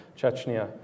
Chechnya